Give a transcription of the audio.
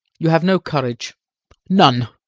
you have no courage none!